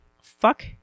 Fuck